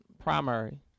primary